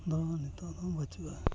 ᱫᱚ ᱱᱤᱛᱳᱜ ᱫᱚ ᱵᱟᱹᱱᱩᱜᱼᱟ